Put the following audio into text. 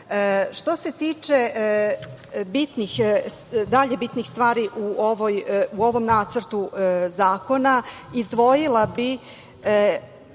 se tiče dalje bitnih stvari u ovom Nacrtu zakona izdvojila bih